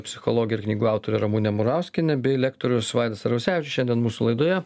psichologė ir knygų autorė ramunė murauskienė bei lektorius vaidas arvasevičius šiandien mūsų laidoje